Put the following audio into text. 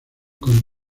con